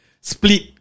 split